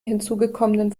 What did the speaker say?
hinzugekommenen